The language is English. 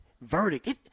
verdict